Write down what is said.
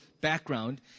background